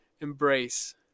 embrace